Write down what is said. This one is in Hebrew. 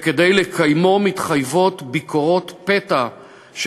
שכן כדי לקיימו מתחייבות ביקורות פתע של